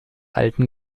alten